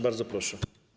Bardzo proszę.